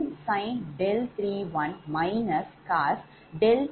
0132 என்றால் 𝛿2311